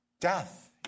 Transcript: death